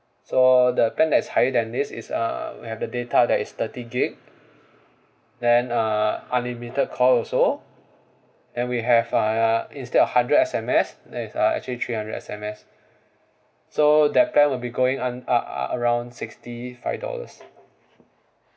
so the plan that's high than this is uh have the data that is thirty gigabytes then uh unlimited call also then we have uh instead of hundred S_M_S then it's uh actually three hundred S_M_S so that plan will be going un~ ah ah around sixty five dollars